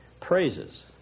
praises